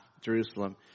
Jerusalem